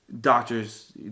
doctors